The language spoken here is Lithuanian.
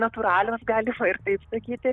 natūralios galima ir taip sakyti